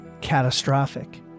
catastrophic